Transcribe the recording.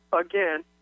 again